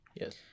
Yes